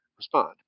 respond